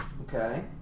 Okay